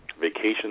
vacation